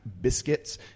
biscuits